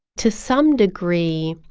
to some degree,